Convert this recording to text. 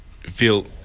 feel